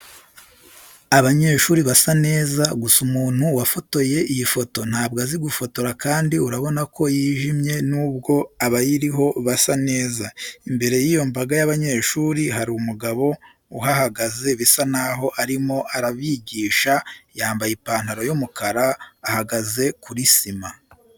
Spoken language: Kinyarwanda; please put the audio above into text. Abanyeshuri basa neza, gusa umuntu wafotoye iyi foto ntabwo azi gufotora kandi urabona ko yijimye nubwo abayiriho basa neza. Imbere y'iyo mbaga y'abanyeshuri hari umugabo uhahagaze bisa naho arimo arabigisha, yambaye ipantaro y'umukara, ahagaze kuri sima.